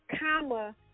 comma